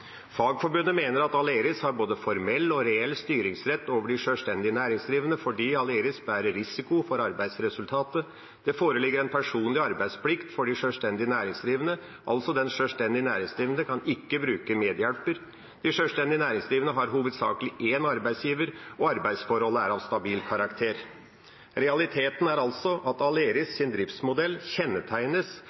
Fagforbundet mener at Aleris har både formell og reell styringsrett over de sjølstendig næringsdrivende, fordi Aleris bærer risiko for arbeidsresultatet. Det foreligger en personlig arbeidsplikt for de sjølstendig næringsdrivende – altså: Den sjølstendig næringsdrivende kan ikke bruke medhjelper. De sjølstendig næringsdrivende har hovedsakelig én arbeidsgiver, og arbeidsforholdet er av stabil karakter. Realiteten er altså at Aleris’ driftsmodell kjennetegnes